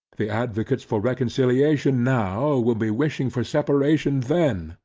the advocates for reconciliation now will be wishing for separation then,